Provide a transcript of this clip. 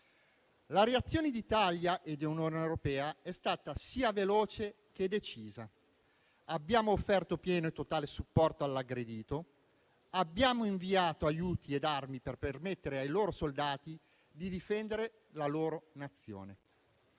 La reazione dell'Italia e dell'Unione europea è stata sia veloce che decisa: abbiamo offerto pieno e totale supporto all'aggredito e abbiamo inviato aiuti e armi per permettere ai loro soldati di difendere la loro Nazione.